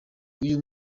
uyu